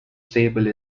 stable